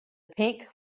pink